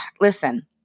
listen